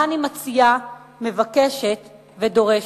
מה אני מציעה, מבקשת ודורשת,